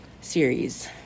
series